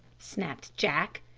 snapped jack,